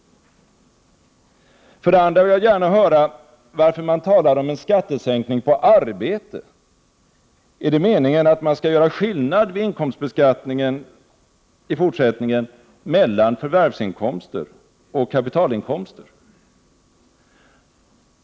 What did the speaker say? För det andra vill jag gärna höra varför man talar om en skattesänkning på arbete — är det meningen att man i fortsättningen skall göra skillnad vid inkomstbeskattningen mellan förvärvsinkomster och kapitalinkomster?